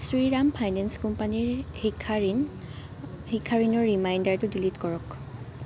Shriram finance কোম্পানীৰ শিক্ষা ঋণ শিক্ষা ঋণৰ ৰিমাইণ্ডাৰটো ডিলিট কৰক